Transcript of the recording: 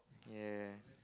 ya